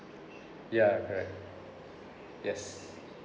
ya correct yes